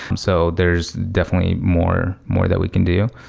um so there's definitely more more that we can do.